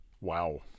Wow